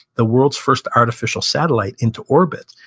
the world's first artificial satellite, into orbit.